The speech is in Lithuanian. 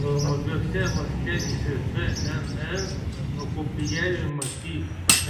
normaliose ląstelėse dnr nukopijavimas į